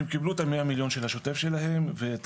הם קיבלו את המאה מיליון של השוטף שלהם ואת